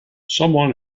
someone